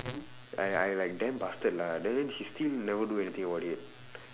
I I like damn bastard lah then then she still never do anything about it